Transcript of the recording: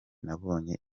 nabonye